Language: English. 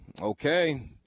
Okay